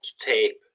tape